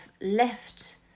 left